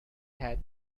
had